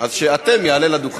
בסדר, אז ש"אתם" יעלה לדוכן.